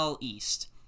East